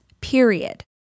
period